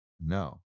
no